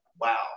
wow